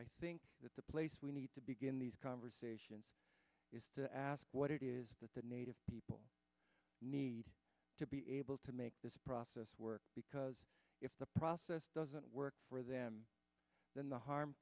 i think that the place we need to begin these conversations is to ask what it is that the native people need to be able to make this process work because if the process doesn't work for them then the harm